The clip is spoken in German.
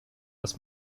was